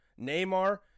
Neymar